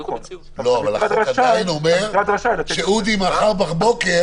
גם יש לאודי אפשרות מחר בבוקר